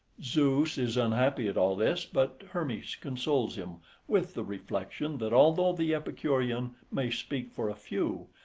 zeus is unhappy at all this, but hermes consoles him with the reflection that although the epicurean may speak for a few,